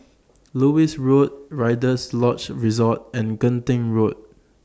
Lewis Road Rider's Lodge Resort and Genting Road